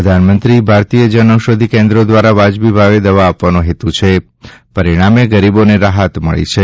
પ્રધાનંમત્રી ભારતીય જનોષધિ કેન્દ્રો દ્વારા વાજબી ભાવે દવા આપવાનો હેતુ છે પરિણામે ગરીબોને રાહત મળી છે